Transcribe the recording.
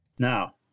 Now